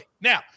Now